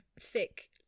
thick